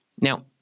Now